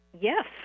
Yes